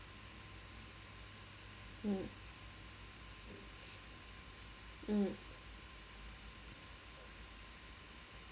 mm mm